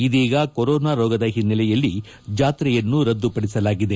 ಇದೀಗ ಕೊರೊನಾ ರೋಗದ ಹಿನ್ನಲೆಯಲ್ಲಿ ಜಾತ್ರೆಯನ್ನು ರದ್ದುಪಡಿಸಲಾಗಿದೆ